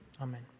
Amen